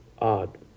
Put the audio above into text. Odd